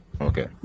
Okay